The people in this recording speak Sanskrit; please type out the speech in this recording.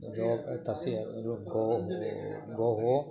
रोगः तस्य रोगः गोः गोः